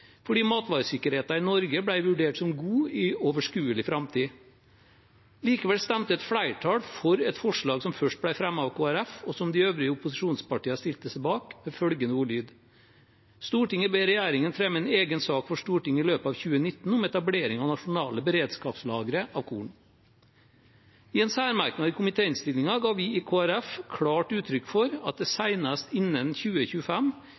fordi matvaresikkerheten i Norge ble vurdert som god i overskuelig framtid. Likevel stemte et flertall for et forslag som først ble fremmet av Kristelig Folkeparti, og som de øvrige opposisjonspartiene stilte seg bak, med følgende ordlyd: «Stortinget ber regjeringen fremme en egen sak for Stortinget i løpet av 2019 om etablering av nasjonale beredskapslagre av korn.» I en særmerknad i komitéinnstillingen ga vi i Kristelig Folkeparti klart uttrykk for at det senest innen 2025